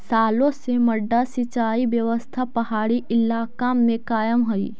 सालो से मड्डा सिंचाई व्यवस्था पहाड़ी इलाका में कायम हइ